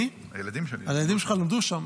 הילדים שלך למדו שם.